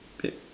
wait